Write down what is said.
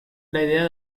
idea